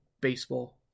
baseball